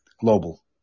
global